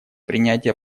принятия